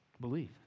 Believe